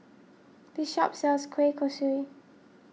this shop sells Kueh Kosui